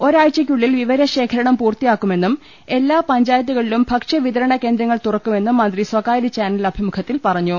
ഒരാഴ്ചയ്ക്കുള്ളിൽ വിവരശേഖ രണം പൂർത്തിയാക്കുമെന്നും എല്ലാ പഞ്ചായത്തുകളിലും ഭക്ഷ്യവിതരണ കേന്ദ്രങ്ങൾ തുറക്കുമെന്നും മന്ത്രി സ്വകാര്യ ചാനൽ അഭിമുഖത്തിൽ പറ ഞ്ഞു